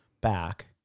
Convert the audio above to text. back